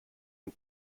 and